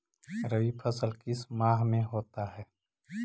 रवि फसल किस माह में होता है?